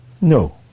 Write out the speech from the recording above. No